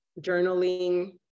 journaling